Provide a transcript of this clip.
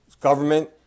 government